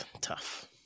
Tough